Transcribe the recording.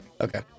Okay